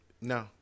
No